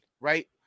right